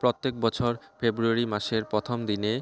প্রত্যেক বছর ফেব্রুয়ারী মাসের প্রথম দিনে